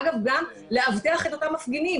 אגב, גם לאבטח את אותם מפגינים.